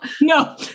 No